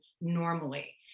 normally